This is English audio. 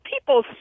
People